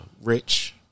Rich